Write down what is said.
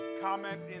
Comment